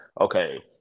okay